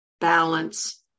balance